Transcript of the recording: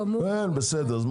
אני מסבירה שלא